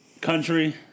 country